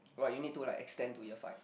but you need to like extend to year five